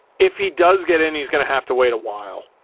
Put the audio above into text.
if he does get in he's gonna have to wait a while.